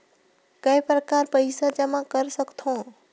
काय प्रकार पईसा जमा कर सकथव?